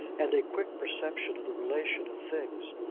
and a quick perception of the relations of things.